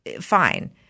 fine